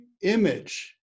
image